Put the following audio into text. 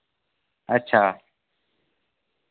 अच्छा